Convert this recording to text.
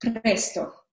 presto